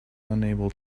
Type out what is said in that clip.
unable